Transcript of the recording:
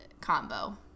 combo